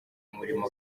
umurimo